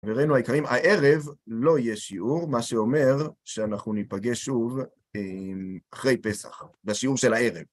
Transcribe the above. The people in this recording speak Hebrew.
חברינו היקרים, הערב לא יהיה שיעור, מה שאומר שאנחנו ניפגש שוב אחרי פסח, בשיעור של הערב.